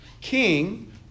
king